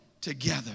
together